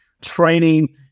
training